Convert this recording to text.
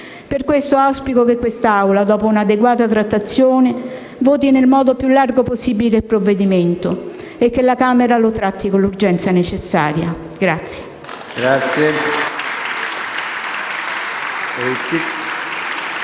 Per questo auspico che quest'Assemblea, dopo una adeguata trattazione, voti nel modo più allargato possibile il provvedimento e che la Camera lo tratti con l'urgenza necessaria. *(Applausi